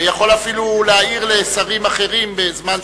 ויכול אפילו להעיר לשרים אחרים בזמן שהוא,